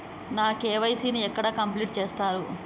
నా కే.వై.సీ ని ఎక్కడ కంప్లీట్ చేస్తరు?